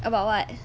about what